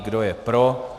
Kdo je pro?